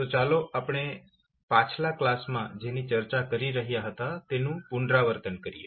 તો ચાલો આપણે પાછલા કલાસમાં જેની ચર્ચા કરી રહ્યાં હતાં તેનું પુનરાવર્તન કરીએ